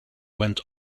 went